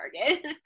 target